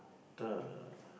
the